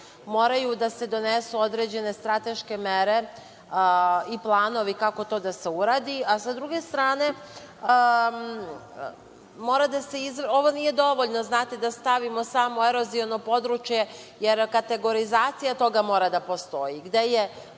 Moraju da se donesu određene strateške mere i planovi kako to da se uradi. S druge strane, ovo nije dovoljno da stavimo samo eroziono područje, jer kategorizacija toga mora da postoji,